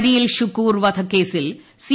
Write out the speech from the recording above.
അരിയിൽ ഷുക്കൂർ വധക്കേസിൽ സി